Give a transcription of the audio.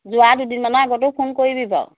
যোৱা দুদিনমান আগতো ফোন কৰিবি বাৰু